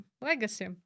legacy